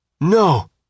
No